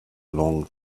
long